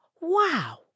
wow